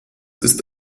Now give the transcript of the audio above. ist